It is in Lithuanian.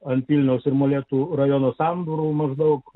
albinos ir molėtų rajono tambūrų maždaug